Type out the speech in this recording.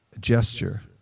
gesture